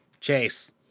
Chase